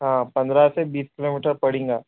ہاں پندرہ سے بیس کیلو میٹر پڑیں گا